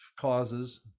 causes